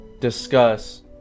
discuss